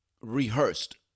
rehearsed